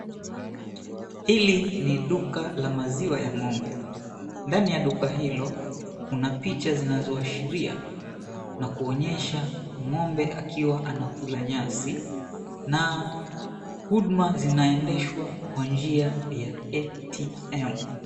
Hili ni duka la maziwa ya ng'ombe. Ndani ya duka hilo kuna picha zinazoashiria na kuonyesha ng'ombe akiwa anakula nyasi na huduma zinaendeshwa kwa njia ya A.T.M.